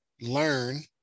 learn